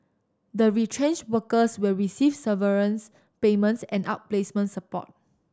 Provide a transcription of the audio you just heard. the retrenched workers will receive severance payments and outplacement support